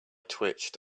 twitched